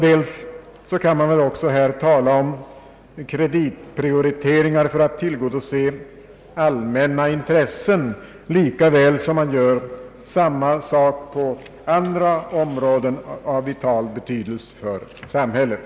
Dessutom kan man här tala om kreditprioriteringar för att tillgodose allmänna intressen — lika väl som man gör samma sak på andra områden av vital betydelse för samhället.